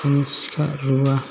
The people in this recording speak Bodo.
सिखा रुवा